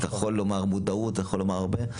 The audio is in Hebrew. אז אתה יכול לומר שזאת מודעות ואתה יכול לומר הרבה,